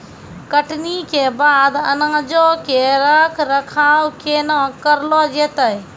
कटनी के बाद अनाजो के रख रखाव केना करलो जैतै?